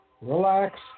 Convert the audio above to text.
relax